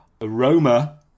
aroma